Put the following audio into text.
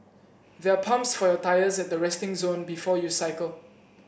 there are pumps for your tyres at the resting zone before you cycle